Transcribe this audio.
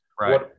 Right